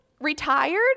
retired